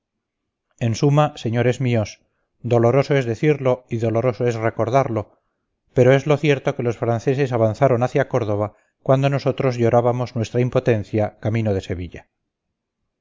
en suma señores míos doloroso es decirlo y doloroso es recordarlo pero es lo cierto que los franceses avanzaron hacia córdoba cuando nosotros llorábamos nuestra impotencia camino de sevilla